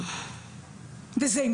וזה עם